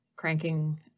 cranking